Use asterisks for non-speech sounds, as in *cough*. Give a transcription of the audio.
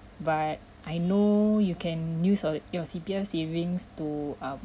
*breath* but I know you can use our your C_P_F savings to um